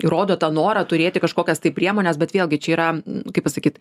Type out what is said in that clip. ir rodo tą norą turėti kažkokias tai priemones bet vėlgi čia yra kaip pasakyt